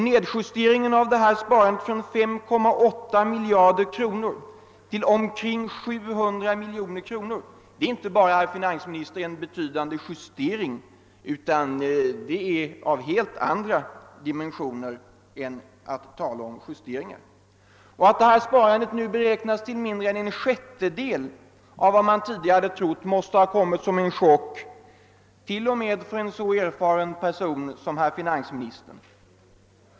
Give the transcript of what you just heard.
Nedjusteringen av detta sparande från 5,8 miljarder till bara omkring 700 miljoner kronor är inte bara, herr finansminister, en betydande justering utan måste ges helt andra dimensioner. Att detta sparande nu beräknas till mindre än en sjättedel av vad som tidigare angivits måste ha kommit som en chock för t.o.m. en så erfaren person som herr finansministern.